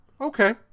okay